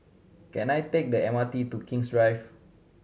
can I take the M R T to King's Drive